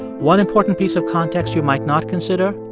one important piece of context you might not consider